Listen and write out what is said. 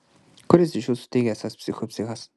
kuris iš jūsų teigia esąs psichų psichas